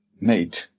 made